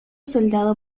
soldado